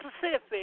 Pacific